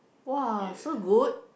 !wah! so good